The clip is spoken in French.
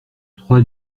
trois